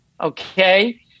Okay